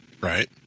Right